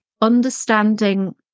understanding